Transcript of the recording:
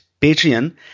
Patreon